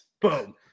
Boom